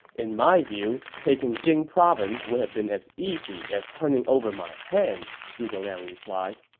in my view, taking jing province would have been as easy as turning over my hand, zhuge liang replied.